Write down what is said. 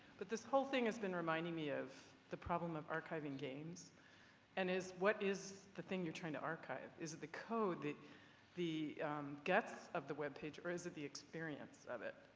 but this whole thing has been reminding me of the problem of archiving games and what is the thing you're trying to archive? is it the code, the the guests of the webpage, or is it the experience of it?